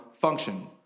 function